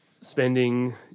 spending